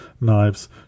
knives